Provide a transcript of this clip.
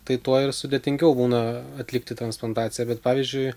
tai tuo ir sudėtingiau būna atlikti transplantaciją bet pavyzdžiui